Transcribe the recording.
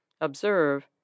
Observe